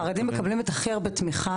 חרדים מקבלים הכי הרבה תמיכה,